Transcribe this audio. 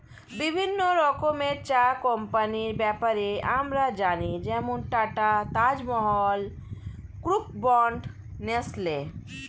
বিভিন্ন রকমের চা কোম্পানির ব্যাপারে আমরা জানি যেমন Tata, Taj Mahal, Brooke Bond, Nestle